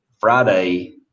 Friday